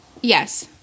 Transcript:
Yes